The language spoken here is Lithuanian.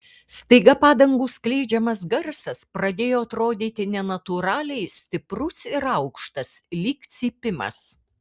staiga padangų skleidžiamas garsas pradėjo atrodyti nenatūraliai stiprus ir aukštas lyg cypimas